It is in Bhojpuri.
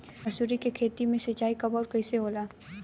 मसुरी के खेती में सिंचाई कब और कैसे होला?